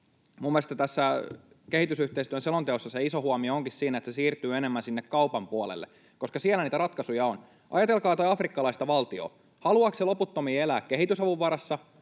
Mielestäni tässä kehitysyhteistyön selonteossa iso huomio onkin siinä, että se siirtyy enemmän sinne kaupan puolelle, koska siellä niitä ratkaisuja on. Ajatelkaa jotain afrikkalaista valtiota: haluaako se loputtomiin elää kehitysavun varassa,